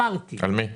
על מי?